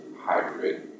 hybrid